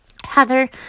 Heather